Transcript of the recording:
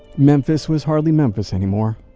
memphis was hardly memphis anymore.